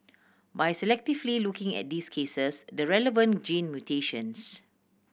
by selectively looking at these cases the relevant gene mutations